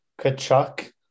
Kachuk